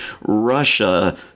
russia